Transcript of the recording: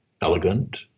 elegant